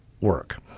work